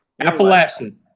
Appalachian